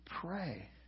pray